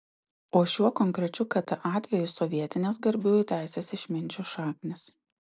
o šiuo konkrečiu kt atveju sovietinės garbiųjų teisės išminčių šaknys